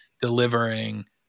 delivering